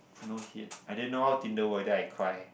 no hit I didn't know how Tinder work then I cry